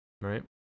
Right